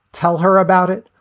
tell her about it.